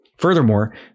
Furthermore